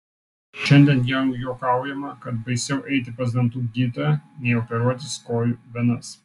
šiandien jau juokaujama kad baisiau eiti pas dantų gydytoją nei operuotis kojų venas